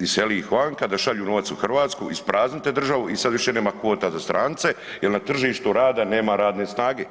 iselili ih vanka da šalju novac u Hrvatsku, ispraznite državu i sad više nema kvota za strance jer na tržištu rada nema radne snage.